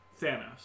Thanos